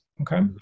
Okay